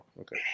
okay